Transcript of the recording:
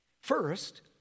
First